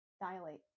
Dilate